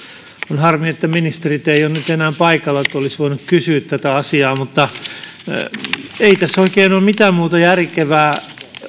on harmi että ministerit eivät nyt ole enää paikalla että olisi voinut kysyä tätä asiaa ei tässä oikein ole mitään muuta järkevää